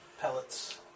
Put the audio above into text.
pellets